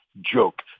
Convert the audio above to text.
joke